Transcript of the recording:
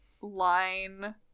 line